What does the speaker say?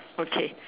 okay